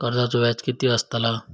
कर्जाचो व्याज कीती असताला?